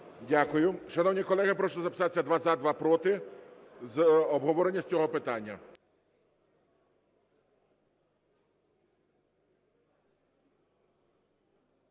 Дякую. Шановні колеги, прошу записатися: два – за, два – проти з обговорення цього питання.